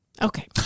Okay